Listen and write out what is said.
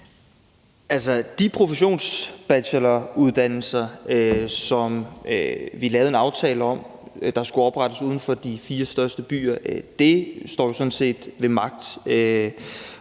de professionsbacheloruddannelser, som vi lavede en aftale om at der skulle oprettes uden for de fire største byer, står sådan set ved magt,